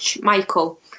Michael